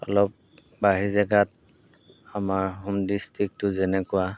অলপ বাঢ়ি জেগাত আমাৰ হোম ডিষ্ট্ৰিকটো যেনেকুৱা